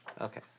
Okay